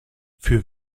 für